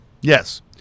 Yes